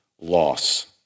loss